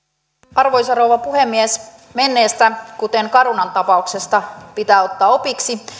arvoisa rouva puhemies menneestä kuten carunan tapauksesta pitää ottaa opiksi